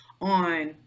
on